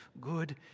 good